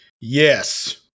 Yes